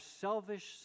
selfish